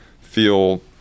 feel